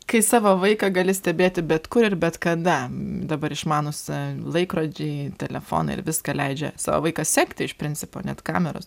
kai savo vaiką gali stebėti bet kur ir bet kada dabar išmanūs laikrodžiai telefonai ir viską leidžia savo vaiką sekti iš principo net kameros